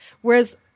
whereas